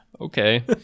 Okay